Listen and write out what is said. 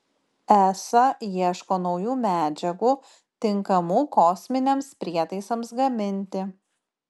esa ieško naujų medžiagų tinkamų kosminiams prietaisams gaminti